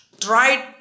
Try